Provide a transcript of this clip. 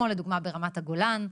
כמו לדוגמא ברמת הגולן.